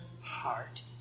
heart